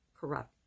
corrupt